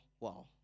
Wow